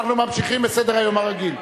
אנחנו ממשיכים בסדר-היום הרגיל.